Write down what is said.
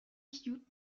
houghton